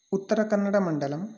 उत्तरकन्नडमण्डलम्